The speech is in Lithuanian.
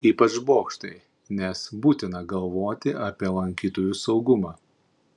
ypač bokštai nes būtina galvoti apie lankytojų saugumą